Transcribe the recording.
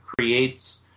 creates